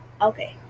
okay